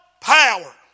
power